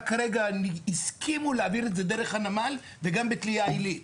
רק רגע הם הסכימו להעביר את זה דרך הנמל וגם בתלייה עילית.